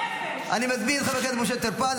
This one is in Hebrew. נמאס כבר מההתנהגות שלך.